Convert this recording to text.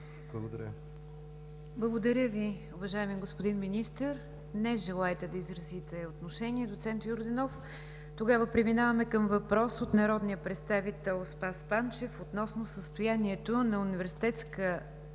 Благодаря Ви, уважаеми господин Министър. Не желаете да изразите отношение, доц. Йорданов. Преминаваме към въпрос от народния представител Спас Панчев относно състоянието на Университетска